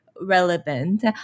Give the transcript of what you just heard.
relevant